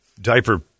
diaper